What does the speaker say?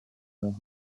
marins